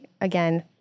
again